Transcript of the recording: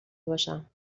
باشم